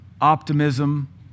optimism